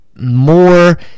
more